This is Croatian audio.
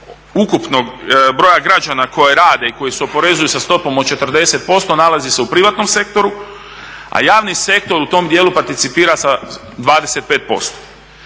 ukupnog broja građana koji rade i koji se oporezuju stopom od 40% nalazi se u privatnom sektoru, a javni sektor u tom dijelu participira sa 25%.